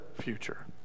future